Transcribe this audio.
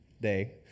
Day